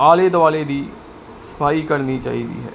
ਆਲੇ ਦੁਆਲੇ ਦੀ ਸਫਾਈ ਕਰਨੀ ਚਾਹੀਦੀ ਹੈ